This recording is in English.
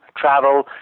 travel